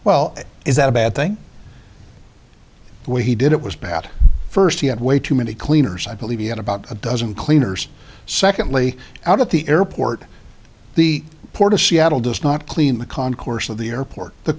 well is that a bad thing the way he did it was bad at first he had way too many cleaners i believe he had about a dozen cleaners secondly out at the airport the port of seattle does not clean the concourse of the airport the